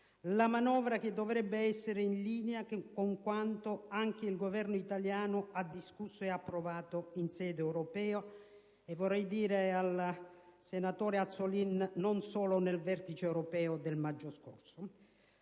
la manovra che dovrebbe essere in linea con quanto anche il Governo italiano ha discusso ed approvato in sede europea e - vorrei farlo presente al presidente Azzollini - non solo nel vertice europeo del maggio scorso.